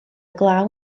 glaw